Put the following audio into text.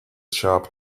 sharp